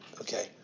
Okay